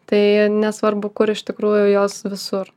tai nesvarbu kur iš tikrųjų jos visur